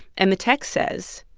and the text says.